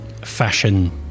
fashion